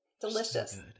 delicious